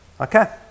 Okay